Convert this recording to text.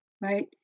right